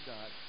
God